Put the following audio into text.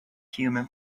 human